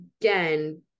again